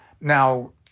Now